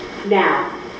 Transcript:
Now